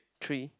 three